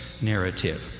narrative